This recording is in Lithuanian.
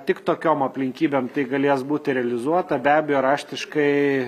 tik tokiom aplinkybėm tai galės būti realizuota be abejo raštiškai